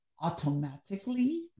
automatically